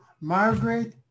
Margaret